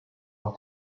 par